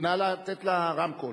נא לתת לה רמקול.